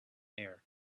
air